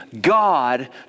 God